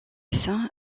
saint